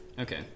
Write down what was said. Okay